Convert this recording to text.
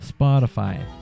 spotify